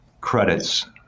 credits